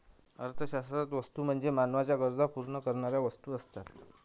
अर्थशास्त्रात वस्तू म्हणजे मानवाच्या गरजा पूर्ण करणाऱ्या वस्तू असतात